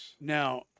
now